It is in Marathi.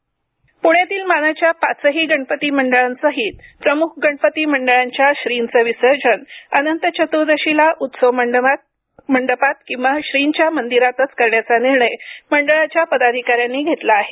प्ण्यातील मानाच्या पाचही गणपती मंडळांसहीत प्रमुख गणपती मंडळांच्या श्रींचं विसर्जन अनंतचतुर्दशीला उत्सव मंडपात किंवा श्रींच्या मंदिरातच करण्याचा निर्णय मंडळाच्या पदाधिका यांनी घेतला आहे